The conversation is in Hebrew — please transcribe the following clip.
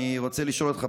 אני רוצה לשאול אותך,